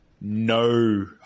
no